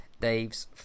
Dave's